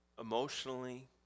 emotionally